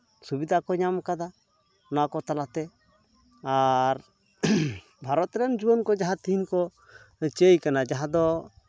ᱥᱩᱵᱤᱫᱷᱟ ᱠᱚ ᱧᱟᱢ ᱟᱠᱟᱫᱟ ᱱᱚᱣᱟᱠᱚ ᱛᱟᱞᱟᱛᱮ ᱟᱨ ᱵᱷᱟᱨᱚᱛ ᱨᱮᱱ ᱡᱩᱣᱟᱹᱱ ᱠᱚ ᱡᱟᱦᱟᱸ ᱛᱮᱦᱤᱧ ᱠᱚ ᱪᱟᱹᱭ ᱠᱟᱱᱟ ᱡᱟᱦᱟᱸ ᱫᱚ